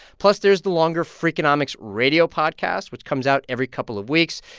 plus, there's the longer freakonomics radio podcast, which comes out every couple of weeks.